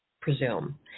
presume